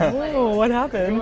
wooh what happened?